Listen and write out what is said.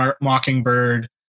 Mockingbird